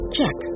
Check